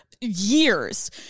years